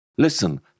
Listen